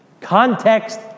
Context